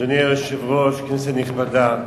אדוני היושב-ראש, כנסת נכבדה,